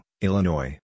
Illinois